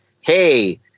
hey